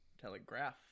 Telegraph